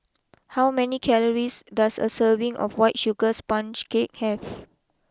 how many calories does a serving of White Sugar Sponge Cake have